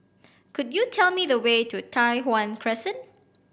could you tell me the way to Tai Hwan Crescent